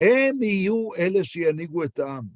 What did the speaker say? הם יהיו אלה שינהיגו את העם.